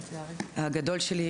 הגדול שלי,